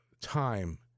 time